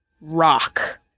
rock